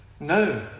No